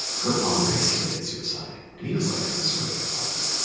her father had committed suicide. and he was like a surrogate father.